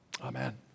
amen